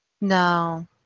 no